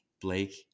Blake